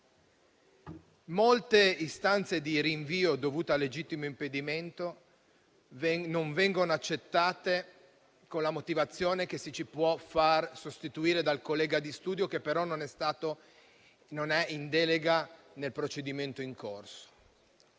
Molte istanze di rinvio dovute al legittimo impedimento non vengono accettate con la motivazione che ci si può far sostituire dal collega di studio, che però non ha la delega nel procedimento in corso.